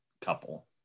couple